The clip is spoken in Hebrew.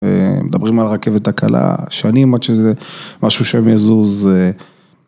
מדברים על הרכבת הקלה שנים עד שזה.. משהו שם יזוז